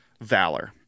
Valor